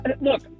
Look